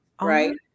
right